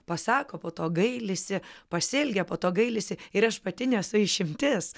pasako po to gailisi pasielgia po to gailisi ir aš pati nesu išimtis